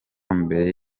mbere